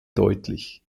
deutlich